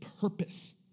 purpose